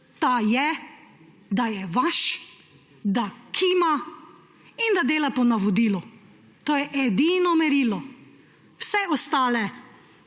standard, da je vaš, da kima in da dela po navodilu. To je edino merilo. Vsi ostali